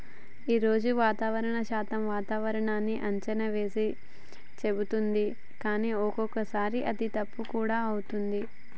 రోజు వాతావరణ శాఖ వాతావరణన్నీ అంచనా వేసి చెపుతుంటది కానీ ఒక్కోసారి అది తప్పు కూడా అవుతది